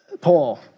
Paul